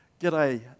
G'day